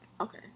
Okay